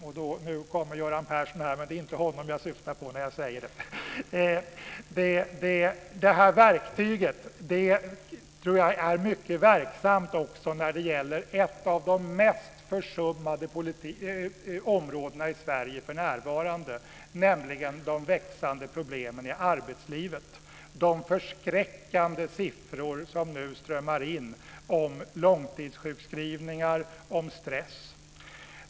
Nu kommer Göran Persson fram till podiet här i kammaren, men det är inte honom jag syftar på när jag säger detta. Verktyget är också mycket verksamt när det gäller ett av de mest försummade områdena i Sverige för närvarande, nämligen de växande problemen i arbetslivet. Det handlar om de förskräckande siffror som nu strömmar in om långtidssjukskrivningar och stress.